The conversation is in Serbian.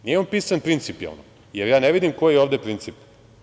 Nije on pisan principijalno, jer ja ne vidim koji je ovde princip.